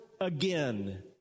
again